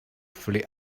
fully